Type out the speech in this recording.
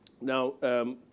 Now